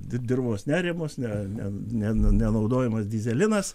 dirvos neriamos ne ne nenaudojamas dyzelinas